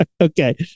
Okay